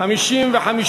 סעיף 2 נתקבל.